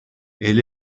elle